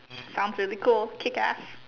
comes really cold kick ass